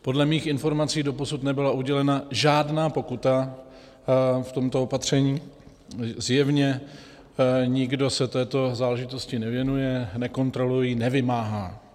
Podle mých informací doposud nebyla udělena žádná pokuta v tomto opatření, zjevně nikdo se této záležitosti nevěnuje, nekontroluje ji, nevymáhá.